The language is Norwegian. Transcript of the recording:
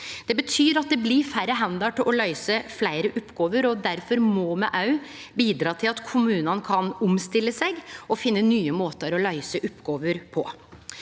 Det betyr at det blir færre hender til å løyse fleire oppgåver. Difor må me òg bidra til at kommunane kan omstille seg og finne nye måtar å løyse oppgåver på.